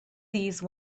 these